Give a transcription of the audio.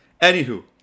Anywho